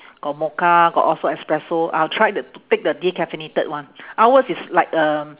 got mocha got all sorts of espresso I'll try t~ to take the decaffeinated one ours is like uh